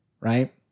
Right